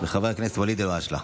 וחבר הכנסת ואליד אלהואשלה.